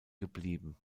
geblieben